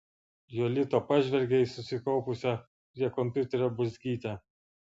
jolita pažvelgė į susikaupusią prie kompiuterio bulzgytę